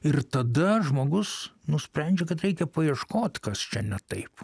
ir tada žmogus nusprendžia kad reikia paieškot kas čia ne taip